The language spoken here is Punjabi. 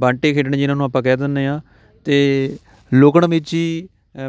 ਬੰਟੇ ਖੇਡਣੇ ਜਿਨ੍ਹਾਂ ਨੂੰ ਆਪਾਂ ਕਹਿ ਦਿੰਦੇ ਹਾਂ ਅਤੇ ਲੁਕਣ ਮਿਚੀ